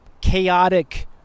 chaotic